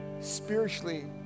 spiritually